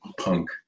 punk